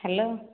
hello